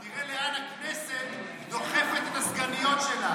תראה לאן הכנסת דוחפת את הסגניות שלה.